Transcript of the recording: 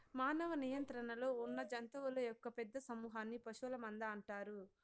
మానవ నియంత్రణలో ఉన్నజంతువుల యొక్క పెద్ద సమూహన్ని పశువుల మంద అంటారు